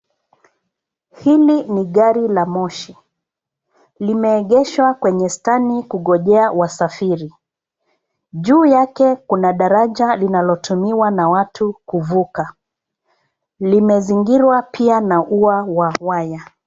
Hili ni gari la moshi. Limeegeshwa kwenye stani kungojea wasafiri. Juu yake kuna daraja linalotumiwa na watu kuvuka. Limezingirwa pia na ua wa waya.